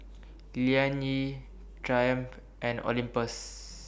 Liang Yi Triumph and Olympus